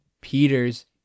Peter's